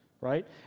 right